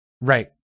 Right